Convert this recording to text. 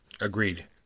agreed